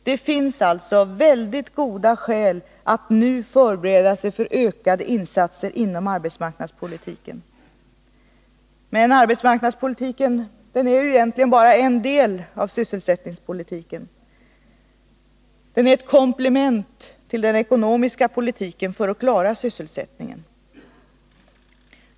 Det finns alltså väldigt goda skäl att nu förbereda sig för ökade insatser inom arbetsmarknadspolitiken. Men arbetsmarknadspolitiken är ju egentligen bara en del av sysselsättningspolitiken. Den är ett komplement till den ekonomiska politiken för att klara sysselsättningen.